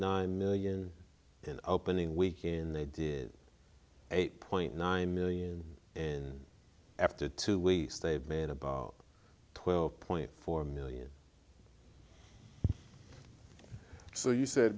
nine million in opening weekend they did eight point nine million and after two we staved made about twelve point four million so you said